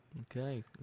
Okay